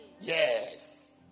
Yes